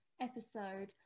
episode